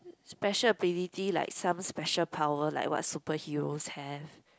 special ability like some special power like what superheroes have